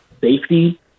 safety